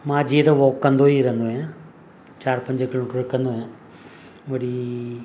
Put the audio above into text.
मां जीअं त वॉक कंदो ई रहंदो आहियां चार पंज किलोमीटर कंदो आहियां वरी